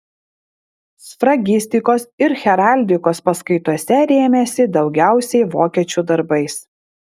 sfragistikos ir heraldikos paskaitose rėmėsi daugiausiai vokiečių darbais